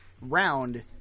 round